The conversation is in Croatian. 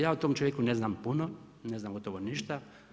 Ja o tom čovjeku ne znam puno, ne znam, gotovo ništa.